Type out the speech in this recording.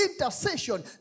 intercession